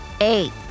Eight